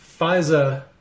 FISA